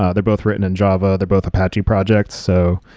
ah they're both written in java. they're both apache project. so,